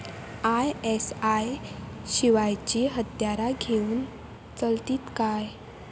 ISI शिवायची हत्यारा घेऊन चलतीत काय?